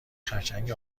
خرچنگ